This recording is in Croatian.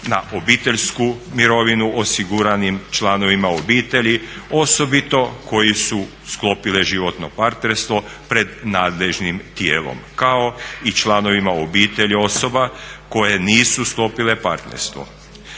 na obiteljsku mirovinu osiguranim članovima obitelji, osobito koje su sklopile životno partnerstvo pred nadležnim tijelom, kao i članovima obitelji osoba koje nisu sklopile partnerstvo,